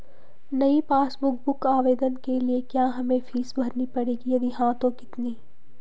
नयी passbook book आवेदन के लिए क्या हमें फीस भरनी पड़ेगी यदि हाँ तो कितनी?